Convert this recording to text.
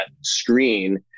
screen